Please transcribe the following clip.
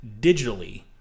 digitally